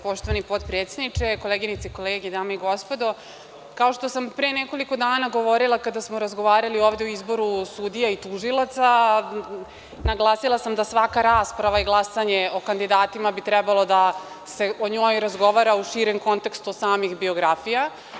Poštovani potpredsedniče, koleginice i kolege, dame i gospodo, kao što sam pre nekoliko dana govorila kada smo razgovarali ovde o izboru sudija i tužilaca, a naglasila sam da svaka rasprava i glasanje o kandidatima bi trebalo da se o njoj razgovara u širem kontekstu samih biografija.